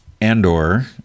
Andor